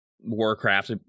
Warcraft